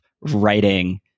writing